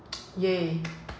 !yay!